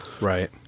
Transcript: Right